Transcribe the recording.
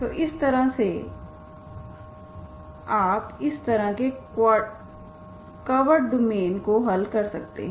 तो इस तरह से आप इस तरह के कर्व्ड डोमेन को हल कर सकते हैं